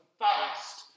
fast